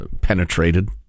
penetrated